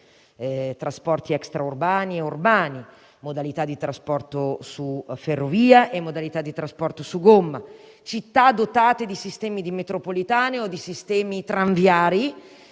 tra trasporti extraurbani e urbani, tra modalità di trasporto su ferrovia e modalità di trasporto su gomma, tra città dotate di sistemi di metropolitane e di sistemi tranviari